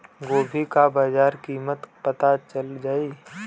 गोभी का बाजार कीमत पता चल जाई?